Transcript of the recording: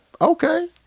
okay